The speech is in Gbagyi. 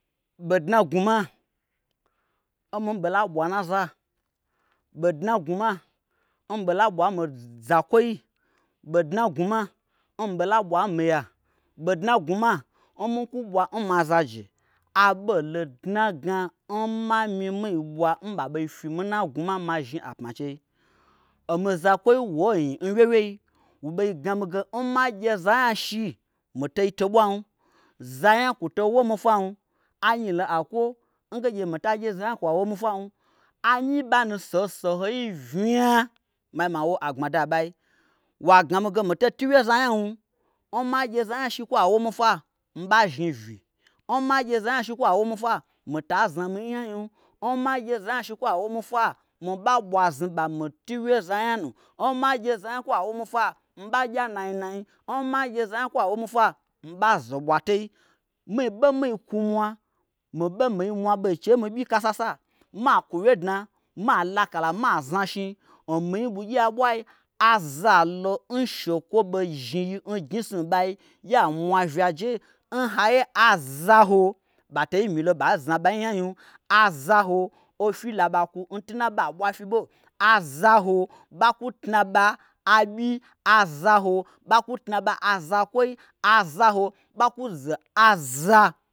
Ɓo dna n gnwuma n mi ɓei laɓwa n naza, ɓodna n gnwuma n mi ɓei la ɓwa n mi zakwoi, ɓodna n gnwuma n mi ɓei la ɓwa n miya, ɓodna n gnwuma n mi kwuɓwa n mazaje. aɓolo n dnagna n ma mii mi-i ɓwa n ɓa n ɓa fyimi nna gnwuma ma ma zhni a pma n chei. Omi zakwoi woi nyi n wyeiwyei wo ɓei gna mige n ma gye ozanyashi mi tei toɓwam. zanya kwoto womi fwam anyi lo aikwo n ge mitagye zanya shikwa womi fwam. anyi-i n ba nu n soho sohoi vnya ma zhni ma wo agbmada n ɓai, wa gnami ge mi tei tuwye n za nyam, n ma gye zanya shi kwa womi fwa miɓa zhni vyi. n ma gye zanya shi kwa womi fwa mita zna mii nya nyim. n ma gye zanya shi kwa womi fwa miɓa ɓwa znuɓa mii tuwye n zanya nu. n ma gye zanya kwa womi fwa miɓa gyi anainai. n ma gye zanya shi kwa womi fwa miɓa ze ɓwatei. mii ɓe mi-i kwumwa mii ɓe mii mwa ɓe n chei n mi ɓyikasa sa ma kwu wye dna ma laka ma zna shni n minyi ɓugyi a ɓwai azalo n shekwo ɓei zhni nyi n gnyisnu n ɓei ya mwa vya je, n haiye azaho ɓa tei milo ɓei zna ɓei nyanyim. azaho offyi laɓa kwu n tu aɓoaɓwa fyi ɓo. azaho ɓa kwu tna ɓa aɓyi. azaho ɓa kwu tna ɓa azakwoi. azaho ɓa kwu ze aza